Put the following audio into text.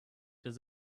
does